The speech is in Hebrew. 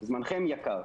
זמנכם יקר.